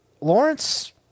Lawrence